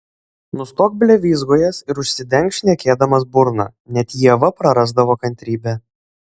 nustok blevyzgojęs ir užsidenk šnekėdamas burną net ieva prarasdavo kantrybę